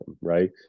right